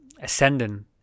ascending